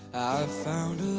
found